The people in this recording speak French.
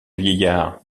vieillard